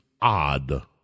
odd